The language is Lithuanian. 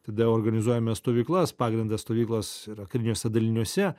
tada organizuojame stovyklas pagrindas stovyklos yra kariniuose daliniuose